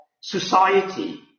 society